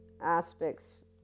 aspects